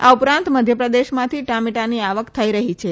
આ ઉપરાંત મધ્યપ્રદેશમાંથી ટામેટાની આવક થઇ રહી છે